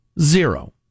Zero